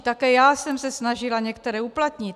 Také já jsem se snažila některé uplatnit.